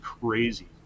crazy